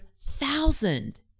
thousand